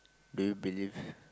do you believe